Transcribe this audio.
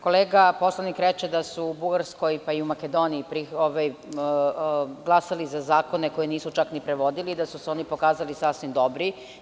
Kolega poslanik reče da su u Bugarskoj, pa i u Makedoniji glasali za zakone koje nisu čak ni prevodili, da su se oni pokazali sasvim dobri.